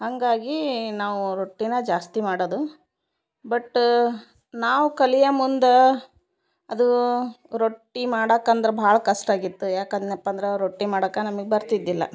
ಹಾಗಾಗಿ ನಾವು ರೊಟ್ಟಿನ ಜಾಸ್ತಿ ಮಾಡದು ಬಟ್ ನಾವು ಕಲಿಯ ಮುಂದಾ ಅದೂ ರೊಟ್ಟಿ ಮಾಡಕಂದ್ರ ಭಾಳ ಕಷ್ಟ ಆಗಿತ್ತು ಯಾಕನ್ನೆಪಂದ್ರ ರೊಟ್ಟಿ ಮಾಡಕ್ಕ ನಮಗ ಬರ್ತಿದ್ದಿಲ್ಲ